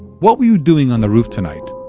what were you doing on the roof tonight?